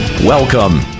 Welcome